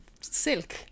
silk